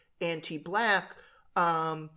anti-Black